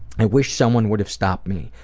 i wish someone would have stopped me.